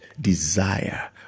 desire